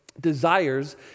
Desires